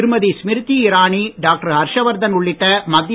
திருமதி ஸ்மிரிதி இரானி டாக்டர் ஹர்ஷவர்தன் உள்ளிட்ட மத்திய